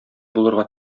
булырга